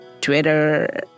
Twitter